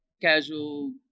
casual